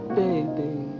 baby